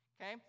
okay